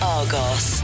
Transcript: Argos